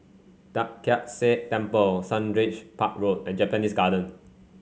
Tai Kak Seah Temple Sundridge Park Road and Japanese Garden